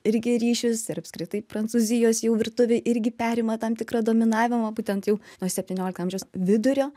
irgi ryšius ir apskritai prancūzijos jau virtuvė irgi perima tam tikrą dominavimą būtent jau nuo septyniolikto amžiaus vidurio